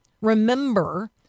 remember